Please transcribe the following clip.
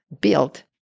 built